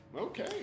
Okay